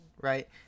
right